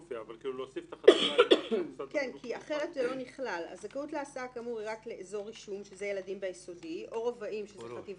לקבוע את זכאותו לשירותי חינוך מיוחדים של תלמיד